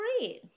great